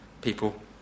people